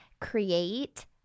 create